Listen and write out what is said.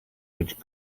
which